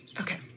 okay